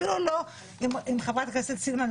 אפילו לא עם חברת הכנסת סילמן,